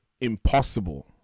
Impossible